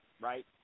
Right